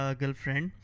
girlfriend